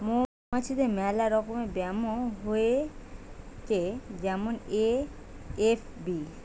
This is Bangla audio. মৌমাছিদের মেলা রকমের ব্যামো হয়েটে যেমন এ.এফ.বি